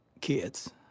kids